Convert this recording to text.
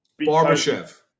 Barbashev